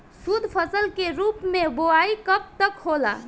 शुद्धफसल के रूप में बुआई कब तक होला?